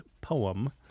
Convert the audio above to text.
poem